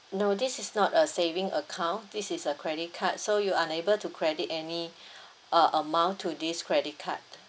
no this is not a savings account this is a credit card so you unable to credit any uh amount to this credit card